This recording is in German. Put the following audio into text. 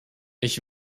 ich